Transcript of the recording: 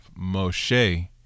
Moshe